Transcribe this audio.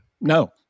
No